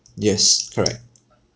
yes correct